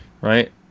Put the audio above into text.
Right